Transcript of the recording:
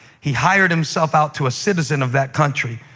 he hired himself out to a citizen of that country,